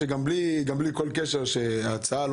בלי כל קשר להצעה,